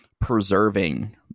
preserving